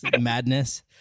madness